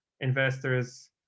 investors